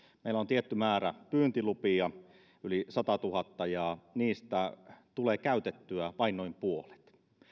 meillä on tietty määrä pyyntilupia yli satatuhatta ja niistä tulee käytettyä vain noin puolet